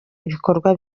ibikorwa